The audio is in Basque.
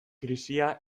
krisia